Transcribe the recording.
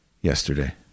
yesterday